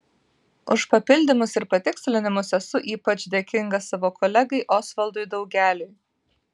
už papildymus ir patikslinimus esu ypač dėkinga savo kolegai osvaldui daugeliui